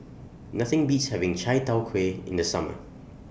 Nothing Beats having Chai Tow Kway in The Summer